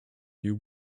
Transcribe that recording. you